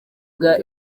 bwa